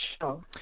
show